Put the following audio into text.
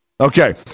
Okay